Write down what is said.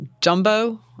jumbo